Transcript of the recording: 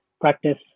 practice